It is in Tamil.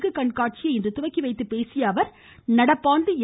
கு கண்காட்சியை துவக்கிவைத்து பேசிய அவர் நடப்பாண்டு எ